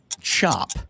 chop